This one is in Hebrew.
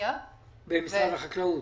ואסטרטגיה במשרד החקלאות.